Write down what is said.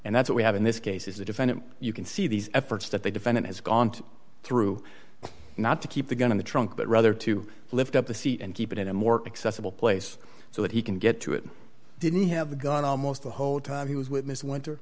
and that's what we have in this case is the defendant you can see these efforts that the defendant has gone through not to keep the gun in the trunk but rather to lift up the seat and keep it in a more accessible place so that he can get to it didn't have the gun almost the whole time he was with miss winter